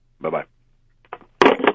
Bye-bye